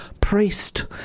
priest